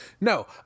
No